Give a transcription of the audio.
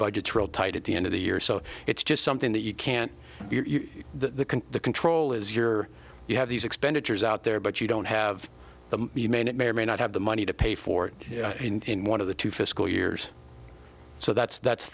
budgets real tight at the end of the year so it's just something that you can't the the control is you're you have these expenditures out there but you don't have the main it may or may not have the money to pay for it in one of the two fiscal years so that's that's